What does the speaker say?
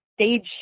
Stage